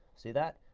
see that?